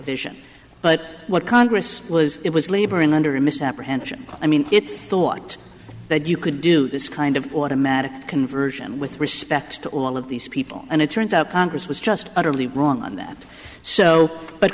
provision but what congress was it was laboring under a misapprehension i mean it thought that you could do this kind of automatic conversion with respect to all of these people and it turns out congress was just utterly wrong on that so but